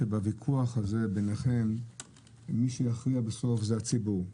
בוויכוח ביניכם מי שיכריע בסוף זה הציבור.